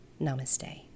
Namaste